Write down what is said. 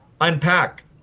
unpack